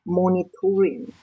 monitoring